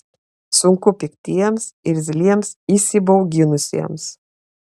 sunku piktiems irzliems įsibauginusiems